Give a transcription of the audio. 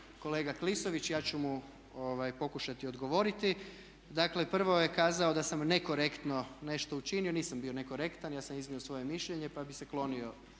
kolega Klisović. Ja ću mu pokušati odgovorit. Dakle, prvo je kazao da sam nekorektno nešto učinio. Nisam bio nekorektan, ja sam iznio svoje mišljenje, pa bih se klonio